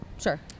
Sure